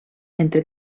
entre